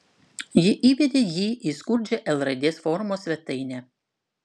ji įvedė jį į skurdžią l raidės formos svetainę